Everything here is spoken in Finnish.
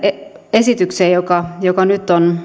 esitykseen joka joka nyt on